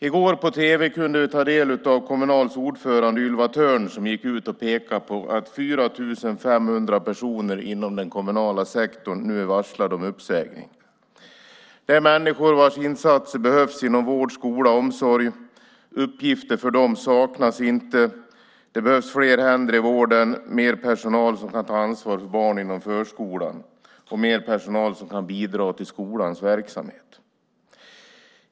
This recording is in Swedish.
I går på tv gick Kommunals ordförande Ylva Thörn ut och pekade på att 4 500 personer inom den kommunala sektorn nu är varslade om uppsägning. Det är människor vars insatser behövs inom vård, skola och omsorger. Uppgifter för dem saknas inte; det behövs fler händer i vården, mer personal som kan ta ansvar för barn inom förskolan och mer personal som kan bidra till skolans verksamhet.